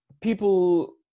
people